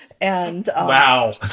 Wow